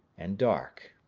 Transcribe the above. and dark.